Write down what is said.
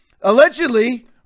Allegedly